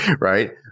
right